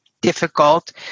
difficult